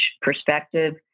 perspective